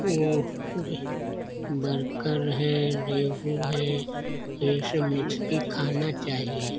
वह जो बरकर है रेहू है और यही सब मछली खाना चाहिए